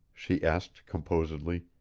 she asked composedly,